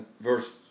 verse